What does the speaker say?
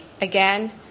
again